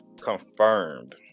confirmed